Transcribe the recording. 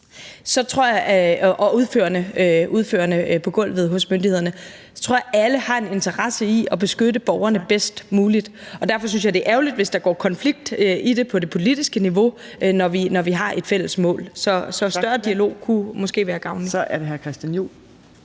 det udførende led hos myndighederne – har en interesse i at beskytte borgerne bedst muligt, og derfor synes jeg, det er ærgerligt, hvis der går konflikt i det på det politiske niveau, når vi har et fælles mål. Så en større grad af dialog kunne måske være gavnlig. Kl. 18:29 Fjerde næstformand